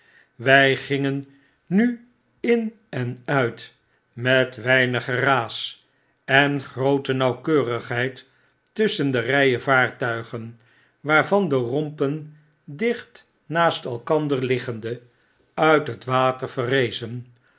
wg gingen nu in en uit met weinig geraas en groote nauwkeurigheid tusschen de ryen vaartuigen waarvan de rompen dicht naast elkander liggende uit het water verrezen